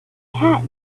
had